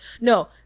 No